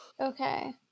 Okay